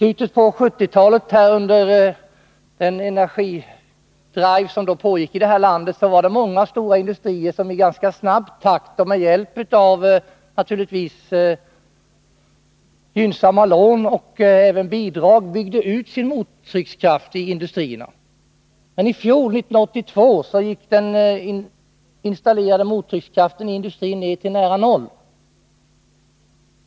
Under den energidrive som pågick här i landeti slutet på 1970-talet var det många stora industrier som i ganska snabb takt och med hjälp av gynnsamma lån och bidrag byggde ut sin mottryckskraft. Men i fjol, 1982, gick nyinstallationerna av mottryckskraft i industrin ned till nära noll.